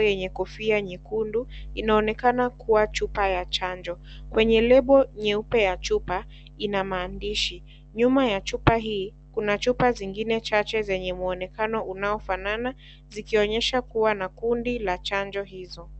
lenye kofia nyekundu inaonekana kuwa ya chanjo kwenye lebo nyeupe ya chupa ina maandishi nyuma ya chupa hii kuna chupa zingine chache zenye muonekano unaofanana zikionyesha kuwa na kundi la chanjo hizo.